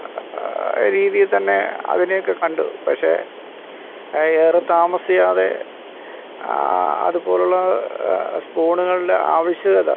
രീതിയിൽ തന്നെ അതിനെയൊക്കെ കണ്ടു പക്ഷേ ഏറെ താമസിയാതെ അതുപോലുള്ള സ്ഫോണുകളുടെ ആവശ്യകത